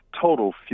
total